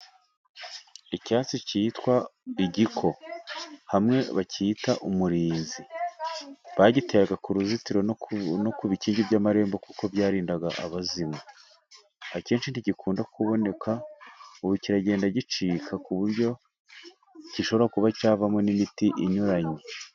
Icyatsi cyitwa igiko hamwe bacyita umurinzi, bagiteraga ku ruzitiro no ku bikingi by'amarembo kuko byarindaga abazimu, akenshi ntigikunda kuboneka ubu kigenda gicika, ku buryo gishobora kuba cyavamo n'imiti inyuranye.